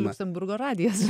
liuksemburgo radijas